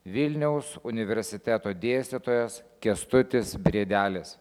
vilniaus universiteto dėstytojas kęstutis briedelis